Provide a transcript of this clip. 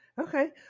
Okay